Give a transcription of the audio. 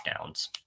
Downs